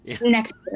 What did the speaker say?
next